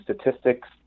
statistics